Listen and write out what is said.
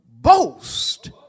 boast